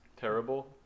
Terrible